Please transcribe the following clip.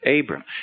Abram